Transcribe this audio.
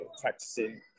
practicing